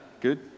good